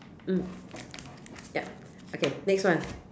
mm yup okay next one